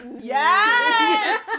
Yes